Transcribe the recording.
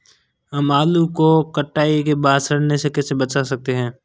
हम आलू को कटाई के बाद सड़ने से कैसे बचा सकते हैं?